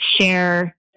share